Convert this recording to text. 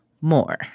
more